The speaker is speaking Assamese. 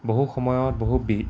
বহু সময়ত বহু